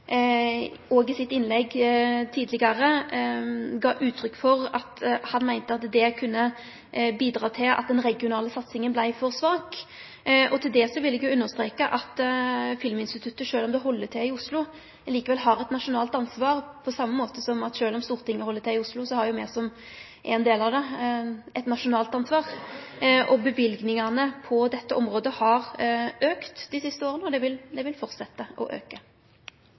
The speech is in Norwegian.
òg i sitt innlegg tidlegare gav uttrykk for at det kunne bidra til at den regionale satsinga vart for svak. Til det vil eg understreke at Filminstituttet – sjølv om det held til i Oslo – likevel har eit nasjonalt ansvar, på same måte som at sjølv om Stortinget held til i Oslo, har jo me som er ein del av det, eit nasjonalt ansvar. Løyvingane på dette området har auka dei siste åra, og dei vil fortsetje å auke.